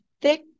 thick